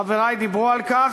חברי דיברו על כך,